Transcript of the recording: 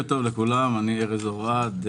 שלום, אני ארז אורעד,